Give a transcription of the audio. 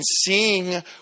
seeing